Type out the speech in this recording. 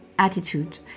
Attitude